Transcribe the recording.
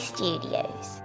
Studios